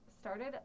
started